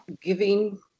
Giving